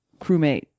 crewmate